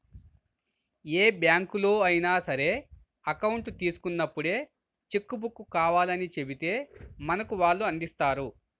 ఏ బ్యాంకులో అయినా సరే అకౌంట్ తీసుకున్నప్పుడే చెక్కు బుక్కు కావాలని చెబితే మనకు వాళ్ళు అందిస్తారు